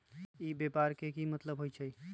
ई व्यापार के की मतलब होई छई?